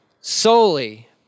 solely